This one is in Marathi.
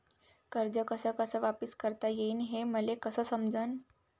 कर्ज कस कस वापिस करता येईन, हे मले कस समजनं?